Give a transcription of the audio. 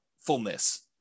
fullness